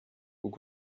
who